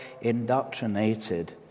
indoctrinated